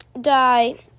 die